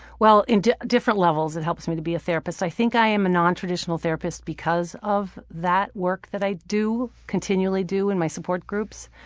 well in different levels it helps me to be a therapist. i think i am a non-traditional therapist because of that work that i continually do in my support groups.